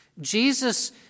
Jesus